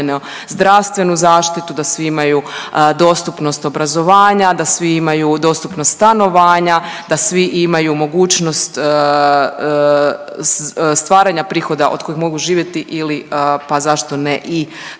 zdravstvenu zaštitu, da svi imaju dostupnost obrazovanja, da svi imaju dostupnost stanovanja, da svi imaju mogućnost stvaranja prihoda od kojih mogu živjeti ili, pa zašto ne i prevladavanja